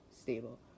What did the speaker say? stable